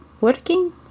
Working